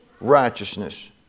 righteousness